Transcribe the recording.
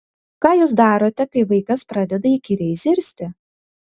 ką jūs darote kai vaikas pradeda įkyriai zirzti